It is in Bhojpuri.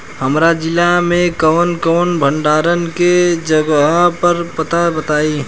हमरा जिला मे कवन कवन भंडारन के जगहबा पता बताईं?